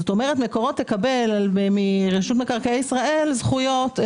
מקורות תקבל מרשות מקרקעי ישראל זכויות שימוש.